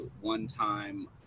one-time